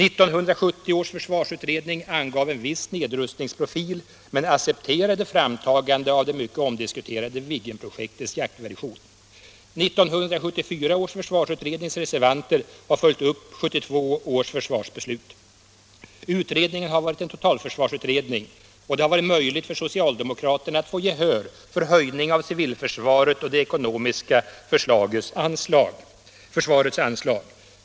1974 års försvarsutrednings reservanter har följt upp 1972 års försvarsbeslut. Utredningen har varit en totalförsvarsutredning, och det har varit möjligt för socialdemokraterna att få gehör för höjning av civilförsvarets och det ekonomiska försvarets anslag.